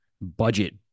budget